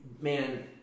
man –